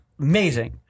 Amazing